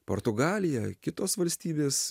portugalija kitos valstybės